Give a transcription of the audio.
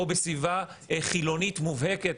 או בסביבה חילונית מובהקת,